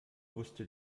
wusste